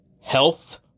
health